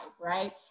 right